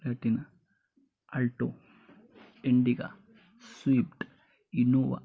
अॅटीना Alto एंडिगा Swift Innova